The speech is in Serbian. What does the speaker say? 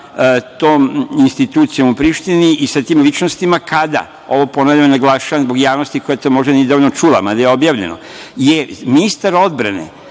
tom institucijom u Prištini i sa tim ličnostima kada, ovo ponavljam i naglašavam zbog javnosti koja to možda nije dovoljno čula, mada je objavljeno, jer je ministar odbrane